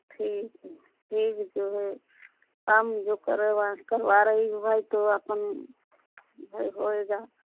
ठीक है ठीक जो है काम जो करेगा करवा रही हो भाई तो आपन भाई होएगा